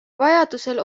vajadusel